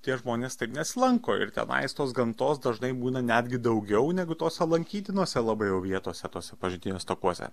tie žmonės taip nesilanko ir tenais tos gamtos dažnai būna netgi daugiau negu tose lankytinose labai jau vietose tuose pažintiniuose takuose